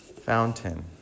fountain